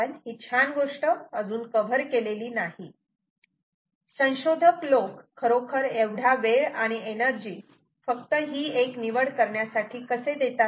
आपण ही छान गोष्ट अजून कव्हर केलेली नाही संशोधक लोक खरोखर एवढा वेळ आणि एनर्जी फक्त ही एक निवड करण्यासाठी कसे देतात